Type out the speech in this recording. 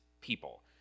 people